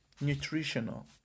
nutritional